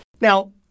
Now